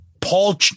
Paul